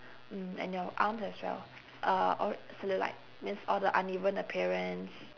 mm and your arms as well uh all cellulite means all the uneven appearance